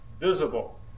visible